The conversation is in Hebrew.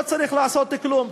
צריך לעשות כלום,